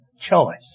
choice